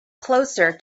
closer